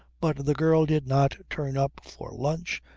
but the girl did not turn up for lunch,